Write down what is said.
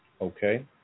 Okay